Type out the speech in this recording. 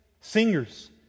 singers